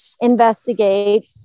investigate